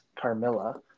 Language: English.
Carmilla